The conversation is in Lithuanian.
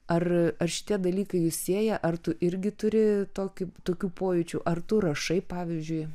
ar ar šitie dalykai jus sieja ar tu irgi turi tokį tokių pojūčių ar tu rašai pavyzdžiui